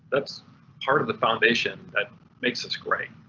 that's part of the foundation that makes us great.